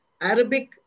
Arabic